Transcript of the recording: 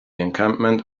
encampment